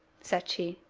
said she.